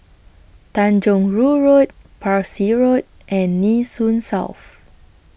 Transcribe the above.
Tanjong Rhu Road Parsi Road and Nee Soon South